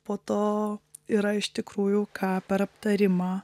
po to yra iš tikrųjų ką per aptarimą